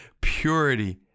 purity